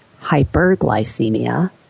hyperglycemia